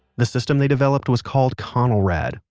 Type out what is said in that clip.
the system they developed was called conelrad,